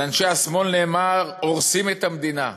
על אנשי השמאל נאמר: הורסים את המדינה.